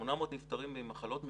800 נפטרים ממחלות מקצוע.